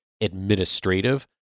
administrative